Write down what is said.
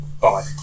Bye